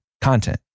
content